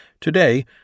Today